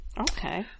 okay